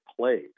played